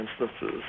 instances